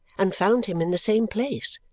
and found him in the same place,